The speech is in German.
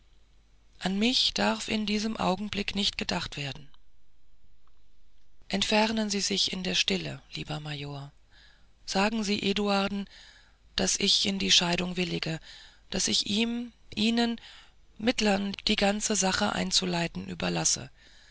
an mich darf in diesem augenblick nicht gedacht werden entfernen sie sich in der stille lieber major sagen sie eduarden daß ich in die scheidung willige daß ich ihm ihnen mittlern die ganze sache einzuleiten überlasse